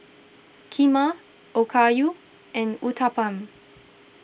Kheema Okayu and Uthapam